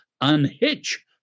unhitch